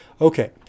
Okay